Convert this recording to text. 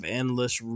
endless